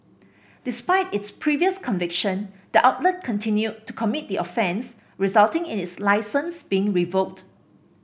despite its previous conviction the outlet continued to commit the offence resulting in its licence being revoked